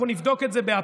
אנחנו נבדוק את זה באפריל,